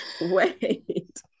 Wait